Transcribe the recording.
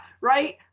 right